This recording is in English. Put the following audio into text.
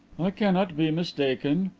i cannot be mistaken.